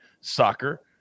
soccer